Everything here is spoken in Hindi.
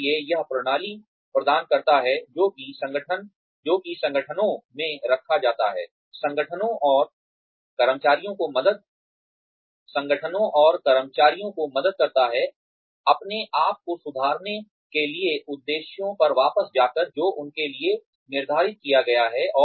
इसलिए यह प्रणाली प्रदान करता है जो कि संगठनों में रखा जाता है संगठनों और कर्मचारियों को मदद करता है अपने आप को सुधारने के लिए उद्देश्यों पर वापस जाकर जो उनके लिए निर्धारित किया गया है